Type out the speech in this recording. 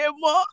more